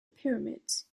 pyramids